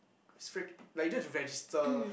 like you don't have to register